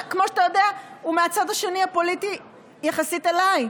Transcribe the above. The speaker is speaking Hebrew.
שכמו שאתה יודע הוא מהצד הפוליטי השני יחסית אליי.